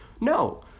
no